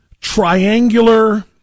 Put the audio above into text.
triangular